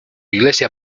iglesia